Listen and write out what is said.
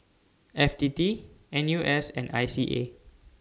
F T T N U S and I C A